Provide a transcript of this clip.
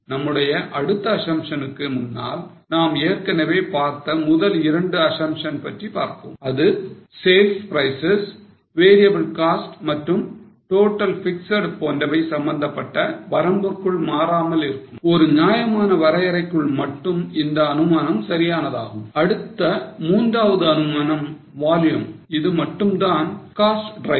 நம்முடைய அடுத்த assumptionக்கு முன்னால் நாம் ஏற்கனவே பார்த்த முதல் இரண்டு assumption பற்றி பார்ப்போம் அது sales prices variable costs மற்றும் total fixed போன்றவை சம்பந்தப்பட்ட வரம்பிற்குள் மாறாமல் இருக்கும் ஒரு ஞாயமான வரையறைக்குள் மட்டும் இந்த அனுமானம் சரியானதாகும் அடுத்த மூன்றாவது அனுமானம் volume இது மட்டும்தான் cost driver